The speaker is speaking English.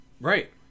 Right